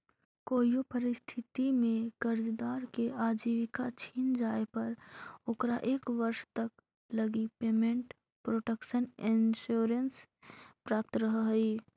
कोइयो परिस्थिति में कर्जदार के आजीविका छिन जाए पर ओकरा एक वर्ष तक लगी पेमेंट प्रोटक्शन इंश्योरेंस प्राप्त रहऽ हइ